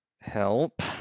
help